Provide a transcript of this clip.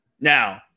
Now